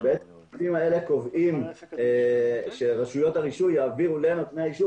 הסעיפים האלה קובעים שרשויות הרישוי יעבירו לנותני האישור